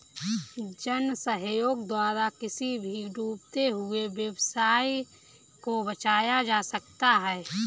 जन सहयोग द्वारा किसी भी डूबते हुए व्यवसाय को बचाया जा सकता है